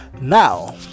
now